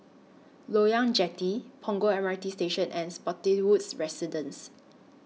Loyang Jetty Punggol M R T Station and Spottiswoode Residences